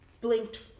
blinked